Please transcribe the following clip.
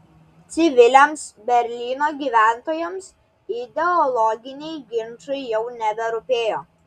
civiliams berlyno gyventojams ideologiniai ginčai jau neberūpėjo